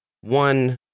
One